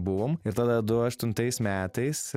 buvom ir tada du aštuntais metais